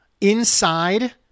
inside